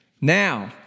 Now